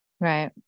Right